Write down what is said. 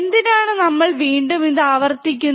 എന്തിനാണ് നമ്മൾ ഇത് വീണ്ടും ആവർത്തിക്കുന്നത്